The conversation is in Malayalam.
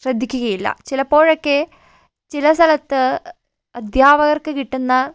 ശ്രദ്ധിക്കുകയില്ല ചിലപ്പോഴൊക്കെ ചില സ്ഥലത്ത് അധ്യാപകർക്ക് കിട്ടുന്ന